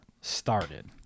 started